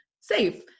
safe